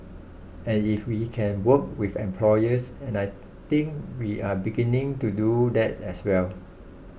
and if we can work with employers and I think we're beginning to do that as well